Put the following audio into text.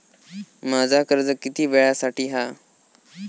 माझा कर्ज किती वेळासाठी हा?